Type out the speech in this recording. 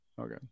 Okay